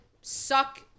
suck